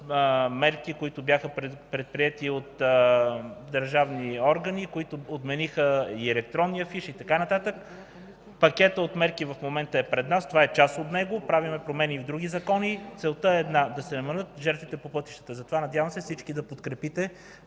мерки, които бяха предприети от държавни органи, които отмениха и електронния фиш, и така нататък. Пакетът от мерки в момента е пред нас. Това е част от него. Правим промени и в други закони. Целта е една: да се намалят жертвите по пътищата. Затова се надявам всички да подкрепите